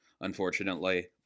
unfortunately